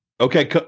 Okay